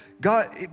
God